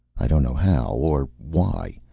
i don't know how. or why.